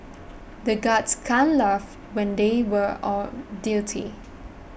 the guards can't laugh when they were on duty